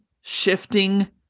shifting